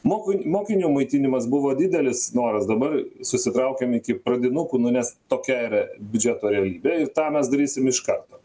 moku mokinių maitinimas buvo didelis noras dabar susitraukėm iki pradinukų nu nes tokia yra biudžeto realybė ir tą mes darysim iš karto